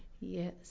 Yes